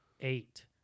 eight